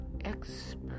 Expert